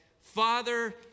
Father